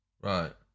Right